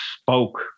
spoke